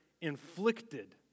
inflicted